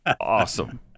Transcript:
Awesome